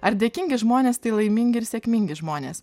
ar dėkingi žmonės laimingi ir sėkmingi žmonės